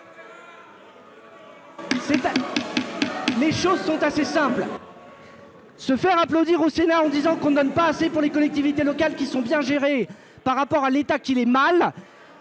les choses sont assez simples. Se faire applaudir au Sénat en disant qu'on ne donne pas assez pour les collectivités locales qui sont bien gérés par rapport à l'État qu'il est mal